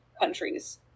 countries